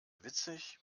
witzig